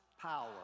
power